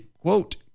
quote